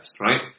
right